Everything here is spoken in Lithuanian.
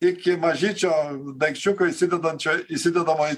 iki mažyčio daikčiuko įsidedančio įsidedamo į